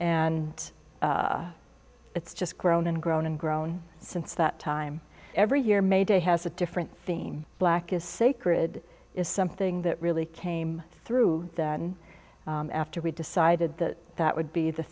and it's just grown and grown and grown since that time every year may day has a different theme black is sacred is something that really came through that and after we decided that that would be the